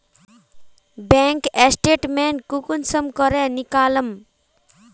Bank statement कुंसम करे निकलाम?